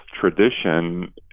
tradition